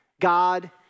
God